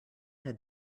had